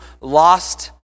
lost